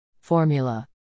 Formula